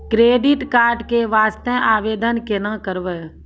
Credit card के वास्ते आवेदन केना करबै?